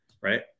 Right